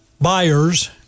buyers